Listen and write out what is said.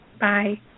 Bye